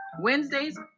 Wednesdays